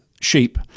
sheep